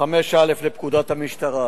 5א לפקודת המשטרה